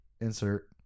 Insert